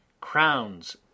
crowns